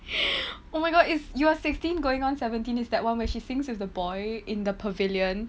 oh my god if you are sixteen going on seventeen is that [one] where she sings with the boy in the pavilion